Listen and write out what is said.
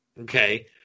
Okay